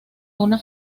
una